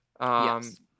Yes